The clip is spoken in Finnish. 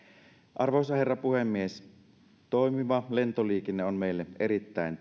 arvoisa herra puhemies toimiva lentoliikenne on meille erittäin